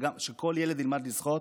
שכל ילד ילמד לשחות.